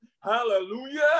hallelujah